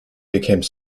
became